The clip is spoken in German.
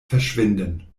verschwinden